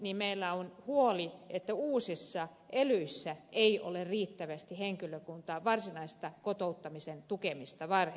meillä on huoli että uusissa elyissä ei ole riittävästi henkilökuntaa varsinaista kotouttamisen tukemista varten